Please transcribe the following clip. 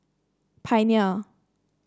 pioneer